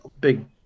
big